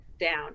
down